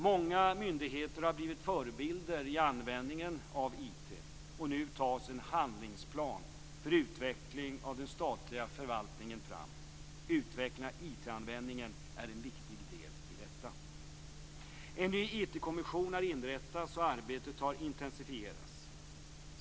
· Många myndigheter har blivit förebilder när det gäller användningen av IT, och nu tas en handlingsplan för utveckling av den statliga förvaltningen fram. Utveckling av IT-användningen är en viktig del i detta. · En ny IT-kommission har inrättats, och arbetet har intensifierats.